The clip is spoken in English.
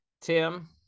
Tim